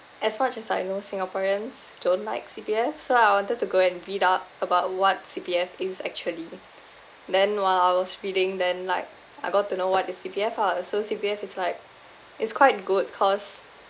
as much as I know singaporeans don't like C_P_F so I wanted to go and read up about what C_P_F is actually then while I was reading then like I got to know what is C_P_F ah so C_P_F is like it's quite good cause